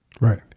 right